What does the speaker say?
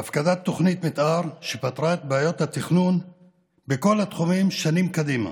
בהפקדת תוכנית מתאר שפתרה את בעיות התכנון בכל התחומים שנים קדימה,